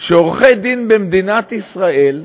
שעורכי דין במדינת ישראל,